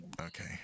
okay